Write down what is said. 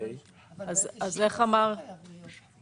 אבל ב-0.7 לא חייב להיות.